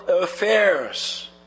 affairs